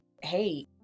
Hey